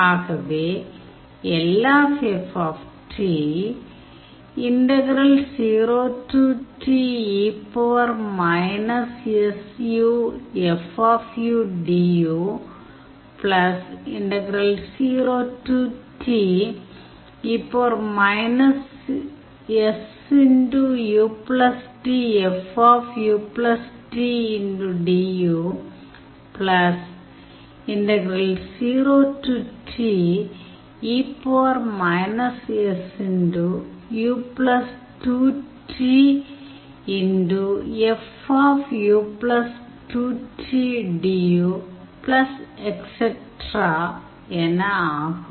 ஆகவே LF என ஆகும்